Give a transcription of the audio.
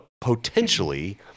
potentially